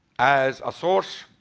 as a source,